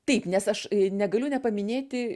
taip nes aš negaliu nepaminėti